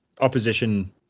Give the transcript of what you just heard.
opposition